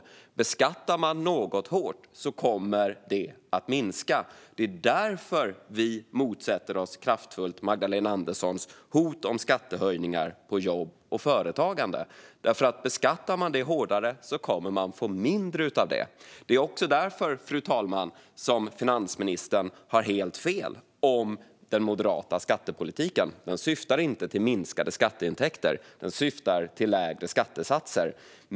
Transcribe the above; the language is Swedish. Om man beskattar något hårt kommer det att minska. Det är därför vi kraftfullt motsätter oss Magdalena Anderssons hot om skattehöjningar på jobb och företagande. Beskattar man det hårdare kommer man att få mindre av det. Det är också därför, fru talman, som finansministern har helt fel om den moderata skattepolitiken. Den syftar inte till minskade skatteintäkter; den syftar till lägre skattesatser.